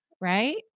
right